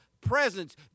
presence